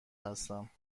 هستم